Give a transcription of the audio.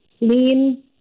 lean